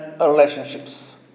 relationships